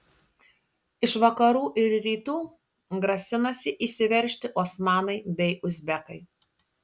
iš vakarų ir rytų grasinasi įsiveržti osmanai bei uzbekai